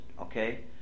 okay